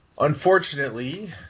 Unfortunately